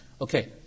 Okay